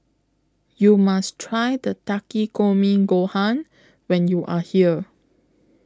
YOU must Try Takikomi Gohan when YOU Are here